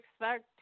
expect